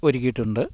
ഒരുക്കിയിട്ടുണ്ട്